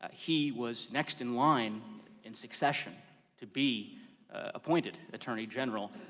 ah he was next in line in succession to be appointed attorney general.